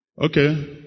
Okay